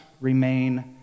remain